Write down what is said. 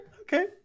okay